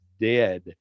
dead